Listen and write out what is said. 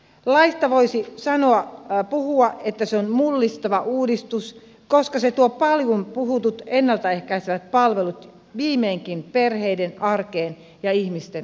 laista voisi puhua että se on mullistava uudistus koska se tuo paljon puhutut ennalta ehkäisevät palvelut viimeinkin perheiden arkeen ja ihmisten ulottuville